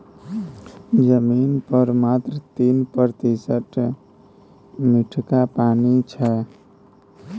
जमीन पर मात्र तीन प्रतिशत मीठका पानि छै